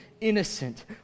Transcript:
innocent